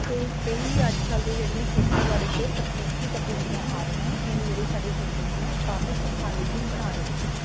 ਅਤੇ ਕਈ ਅੱਜ ਕੱਲ੍ਹ ਦੇ ਜਿਹੜੀਆਂ ਖੇਤੀਬਾੜੀ 'ਚ ਤਕਨੀਕੀ ਤਬਦੀਲੀਆਂ ਆ ਰਹੀਆਂ ਹੈ ਇਹਨੇ ਸਾਡੀ ਜ਼ਿੰਦਗੀ ਆ ਕਾਫ਼ੀ ਸੁਖਾਲੀ ਵੀ ਬਣਾ ਦਿੱਤੀ ਆ